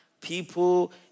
People